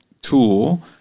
tool